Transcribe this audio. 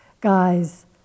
guy's